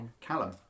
Callum